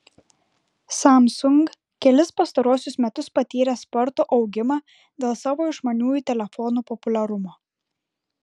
samsung kelis pastaruosius metus patyrė spartų augimą dėl savo išmaniųjų telefonų populiarumo